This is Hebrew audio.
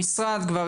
המשרד כבר